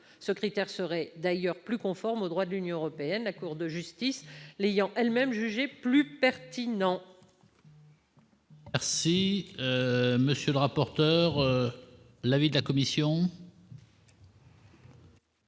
Ce critère serait d'ailleurs plus conforme au droit de l'Union européenne, la Cour de Justice de l'Union européenne l'ayant elle-même jugé plus pertinent.